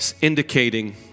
indicating